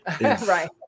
Right